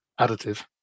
additive